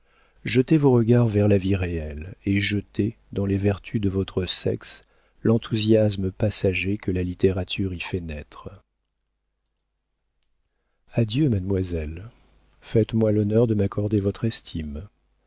jetez vos regards vers la vie réelle et jetez dans les vertus de votre sexe l'enthousiasme passager que la littérature y fit naître adieu mademoiselle faites-moi l'honneur de m'accorder votre estime